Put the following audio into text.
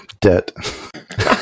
debt